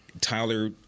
Tyler